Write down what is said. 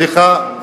סליחה,